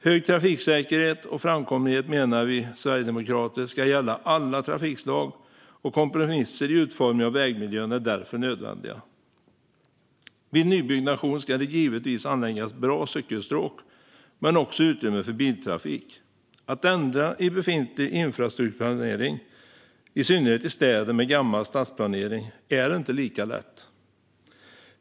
Hög trafiksäkerhet och framkomlighet ska gälla alla trafikslag, menar vi sverigedemokrater, och kompromisser i utformningen av vägmiljön är därför nödvändiga. Vid nybyggnation ska det givetvis anläggas bra cykelstråk, men det ska också ges utrymme för biltrafik. Att ändra i befintlig infrastrukturplanering, i synnerhet i städer med gammal stadsplanering, är inte lika lätt.